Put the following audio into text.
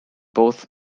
both